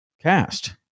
cast